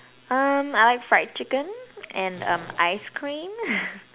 um I like fried chicken and um ice cream